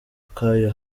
kayo